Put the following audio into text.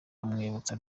amwibutsa